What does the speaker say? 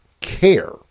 care